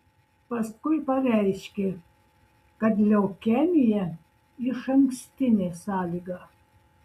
paskui pareiškė kad leukemija išankstinė sąlyga